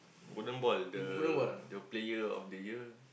golden ball the the player of the year